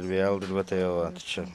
vėl ir va tai va čia